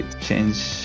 change